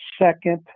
second